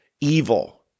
evil